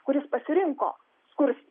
kuris pasirinko skursti